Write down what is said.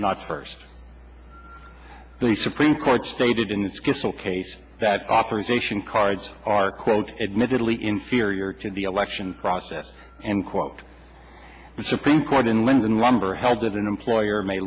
not first so the supreme court stated in this case will case that authorization cards are quote admittedly inferior to the election process and quote the supreme court in london romber held that an employer may